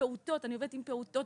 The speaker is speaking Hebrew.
אני עובדת עם פעוטות,